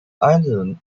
added